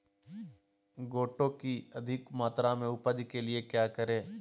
गोटो की अधिक मात्रा में उपज के लिए क्या करें?